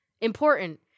Important